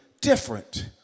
different